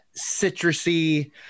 citrusy